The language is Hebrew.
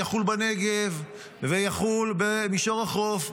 יחול בנגב ויחול במישור החוף,